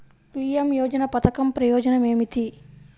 PM Yojana పధకం ప్రయోజనం ఏమితి?